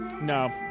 No